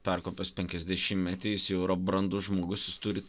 perkopęs penkiasdešimtmetį jis jau yra brandus žmogus turi